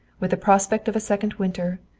with the prospect of a second winter,